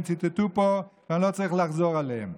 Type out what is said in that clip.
ציטטו פה ואני לא צריך לחזור עליהם.